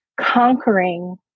conquering